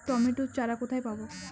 Tomato চারা কোথায় পাবো?